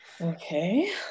Okay